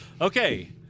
Okay